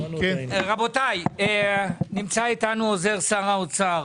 רבותיי, נמצא איתנו עוזר שר האוצר